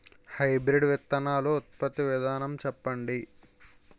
Hybrid విత్తనాలు ఉత్పత్తి విధానం చెప్పండి?